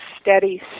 steady